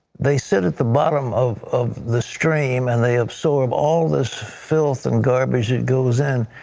they sit at the bottom of of the stream, and they absorb all of this filth and garbage that goes in.